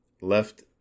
left